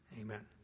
Amen